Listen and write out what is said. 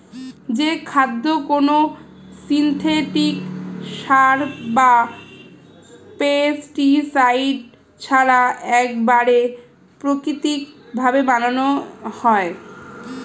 যে খাদ্য কোনো সিনথেটিক সার বা পেস্টিসাইড ছাড়া একবারে প্রাকৃতিক ভাবে বানানো হয়